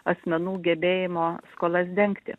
asmenų gebėjimo skolas dengti